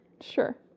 Sure